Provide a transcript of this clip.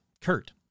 Kurt